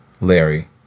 larry